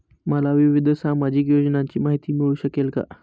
मला विविध सामाजिक योजनांची माहिती मिळू शकेल का?